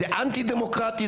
זה אנטי דמוקרטי,